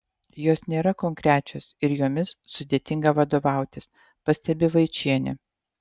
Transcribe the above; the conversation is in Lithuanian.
jos nėra konkrečios ir jomis sudėtinga vadovautis pastebi vaičienė